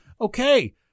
Okay